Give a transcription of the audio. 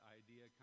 idea